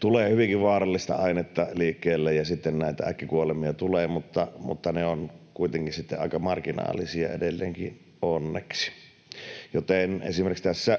tulee hyvinkin vaarallista ainetta liikkeelle, ja sitten näitä äkkikuolemia tulee, mutta ne ovat kuitenkin sitten aika marginaalisia edelleenkin, onneksi. Joten esimerkiksi tässä